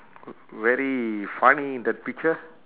v~ very funny in that picture